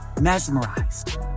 mesmerized